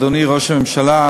אדוני ראש הממשלה,